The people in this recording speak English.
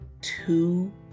Two